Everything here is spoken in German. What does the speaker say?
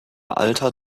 alter